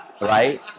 right